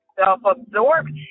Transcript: self-absorbed